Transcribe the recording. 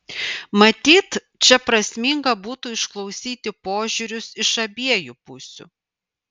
matyt čia prasminga būtų išklausyti požiūrius iš abiejų pusių